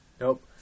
Nope